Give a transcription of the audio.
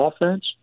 offense